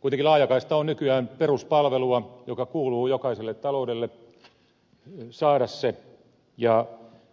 kuitenkin laajakaista on nykyään peruspalvelua joka kuuluu jokaisen talouden saada ja